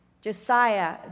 Josiah